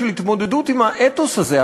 של התמודדות עם האתוס הזה,